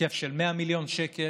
בהיקף של 100 מיליון שקל.